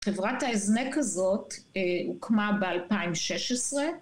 חברת ההזנק הזאת הוקמה ב-2016